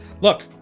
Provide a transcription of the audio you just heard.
Look